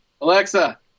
Alexa